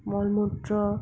মল মূত্ৰ